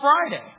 Friday